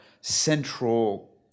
central